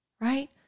Right